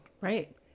right